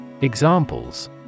Examples